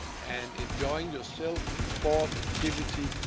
and enjoying yourself and sport, activity,